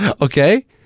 okay